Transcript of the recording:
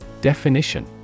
Definition